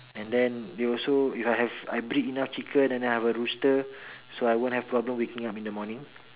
and then you'll also if I have I breed enough chicken then I have a rooster so I won't have problem waking up in the morning